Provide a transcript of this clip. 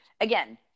again